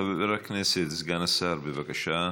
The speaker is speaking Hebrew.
חבר הכנסת, סגן השר, בבקשה,